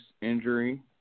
injury